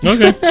Okay